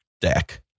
deck